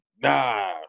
nah